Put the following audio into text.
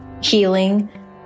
healing